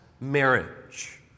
marriage